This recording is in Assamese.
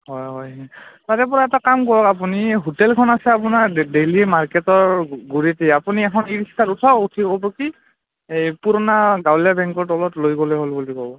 হয় হয় তাৰেপৰা এটা কাম কৰক আপুনি হোটেলখন আছে আপোনাৰ ডেইলী মাৰ্কেটৰ গুৰিতেই আপুনি এখন ই ৰিক্সাত উঠক উঠি ওভতি এই পুৰণা গাঁৱলীয়া বেংকৰ তলত লৈ গ'লে হ'ল বুলি ক'ব